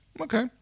Okay